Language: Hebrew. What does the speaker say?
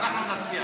אנחנו נצביע.